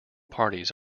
parties